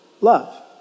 love